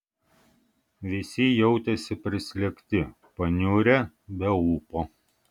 visi jautėsi prislėgti paniurę be ūpo